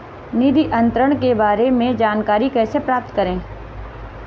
निधि अंतरण के बारे में जानकारी कैसे प्राप्त करें?